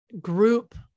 group